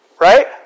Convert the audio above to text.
Right